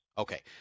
Okay